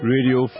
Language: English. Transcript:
Radio